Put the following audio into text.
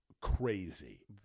Crazy